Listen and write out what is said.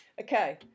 Okay